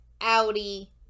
Audi